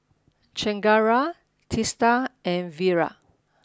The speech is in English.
Chengara Teesta and Virat